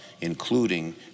including